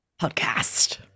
Podcast